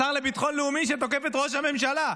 השר לביטחון לאומי תוקף את ראש הממשלה,